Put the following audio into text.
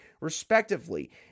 respectively